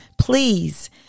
please